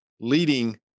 leading